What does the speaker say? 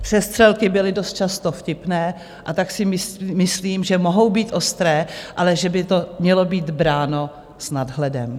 Přestřelky byly dost často vtipné, a tak si myslím, že mohou být ostré, ale že by to mělo být bráno s nadhledem.